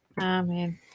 Amen